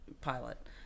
pilot